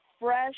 fresh